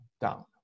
down